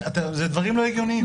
זה דברים לא הגיוניים.